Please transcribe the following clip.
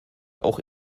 auch